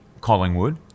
Collingwood